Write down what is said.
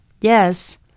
Yes